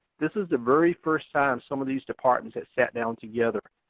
this is the very first time some of these departments have sat down together.